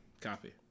Copy